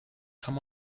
kann